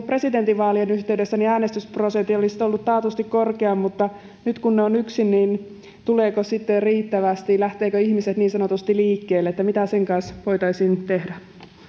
presidentinvaalien yhteydessä niin äänestysprosentti olisi ollut taatusti korkea mutta nyt kun ne ovat yksin niin tuleeko sitten riittävästi lähtevätkö ihmiset niin sanotusti liikkeelle mitä sen kanssa voitaisiin tehdä